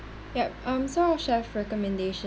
yup um so our chef recommendation